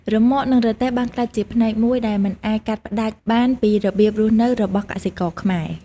រ៉ឺម៉កនឹងរទេះបានក្លាយជាផ្នែកមួយដែលមិនអាចកាត់ផ្តាច់បានពីរបៀបរស់នៅរបស់កសិករខ្មែរ។